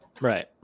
right